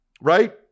right